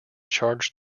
charged